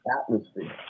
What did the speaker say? atmosphere